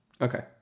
okay